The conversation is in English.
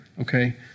okay